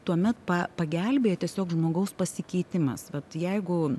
tuomet pa pagelbėję tiesiog žmogaus pasikeitimas vat jeigu